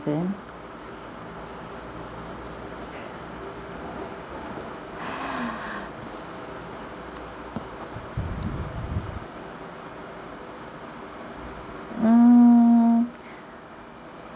um